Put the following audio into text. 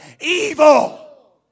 evil